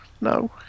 no